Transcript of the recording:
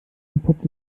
entpuppt